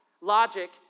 Logic